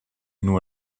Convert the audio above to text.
nur